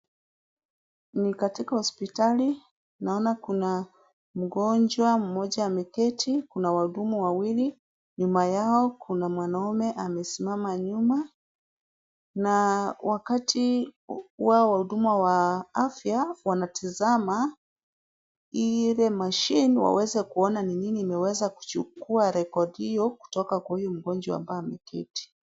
Ni katika hospitali naona kuna mgonjwa mmoja ameketi, kuna wahudumu wawili nyuma yao kuna mwanaume amesimama nyuma na wakati huwa wa huduma wa afya wanatizama ile machine wawaze kuona ni nini imeweza kuchukua rekodi kutoka kwa huyu mgonjwa ambaye ameketi.